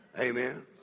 Amen